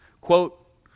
quote